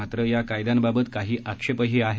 मात्र या कायद्यांबाबत काही आक्षेपही आहेत